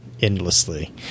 endlessly